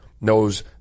knows